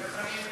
איך אני אתן,